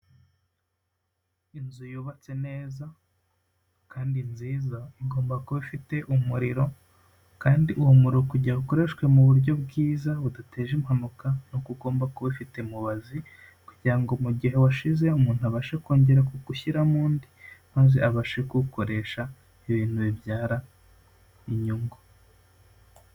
Inzu yubatse neza kandi nziza, igomba kuba i umuriro kandi uwo muro kujya ukoreshwe mu buryo bwiza budateje impanuka n'uko ugomba kuba ufite mubazi kugira ngo mu gihe washize, umuntu abasha kongera kugushyiramo undi, maze abashe kuwukoresha, ibintu bibyara inyungu.